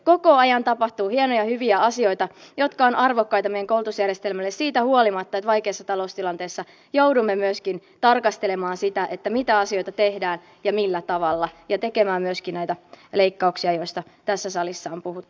koko ajan tapahtuu hienoja hyviä asioita jotka ovat arvokkaita meidän koulutusjärjestelmällemme siitä huolimatta että vaikeassa taloustilanteessa joudumme myöskin tarkastelemaan sitä mitä asioita tehdään ja millä tavalla ja tekemään myöskin näitä leikkauksia joista tässä salissa on puhuttu